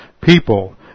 people